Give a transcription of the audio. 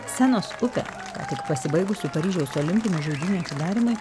senos upę ką tik pasibaigusių paryžiaus olimpinių žaidynių atidarymui